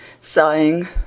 sighing